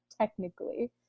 technically